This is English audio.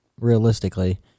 realistically